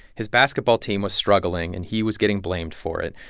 his basketball team was struggling and he was getting blamed for it.